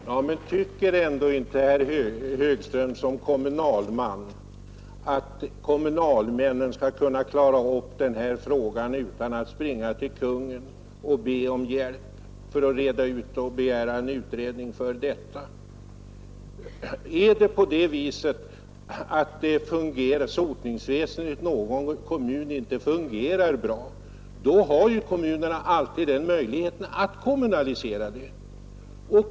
Herr talman! Tycker ändå inte herr Högström som kommunalman att kommunalmännen skall kunna klara upp den här saken utan att behöva springa till Kungl. Maj:t och be om hjälp med en utredning? Är det på det viset att sotningsväsendet i någon kommun inte fungerar bra, har ju kommunen alltid möjlighet att kommunalisera det.